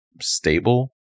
stable